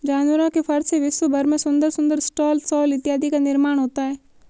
जानवरों के फर से विश्व भर में सुंदर सुंदर स्टॉल शॉल इत्यादि का निर्माण होता है